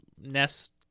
Nest